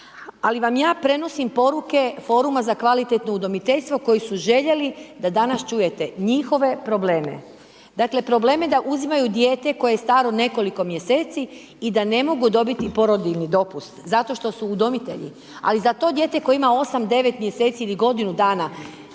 Ali vam ja prenosim poruke Foruma za kvalitetno udomiteljstvo koji su željeli da danas čujete njihove probleme. Dakle, probleme da uzimaju dijete koje je staro nekoliko mjeseci i da ne mogu dobiti porodiljni dopust zato što su udomitelji, ali za to dijete koje ima 8-9 mjeseci ili godinu dana